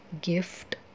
gift